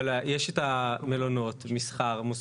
יש את המלונות, מסחר.